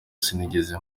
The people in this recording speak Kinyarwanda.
sinigeze